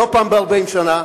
לא פעם ב-40 שנה,